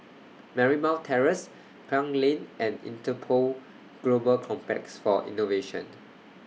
Marymount Terrace Klang Lane and Interpol Global Complex For Innovation